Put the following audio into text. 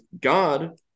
God